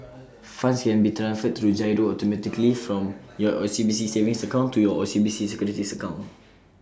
funds can be transferred through GIRO automatically from your OCBC savings account to your OCBC securities account